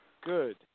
Good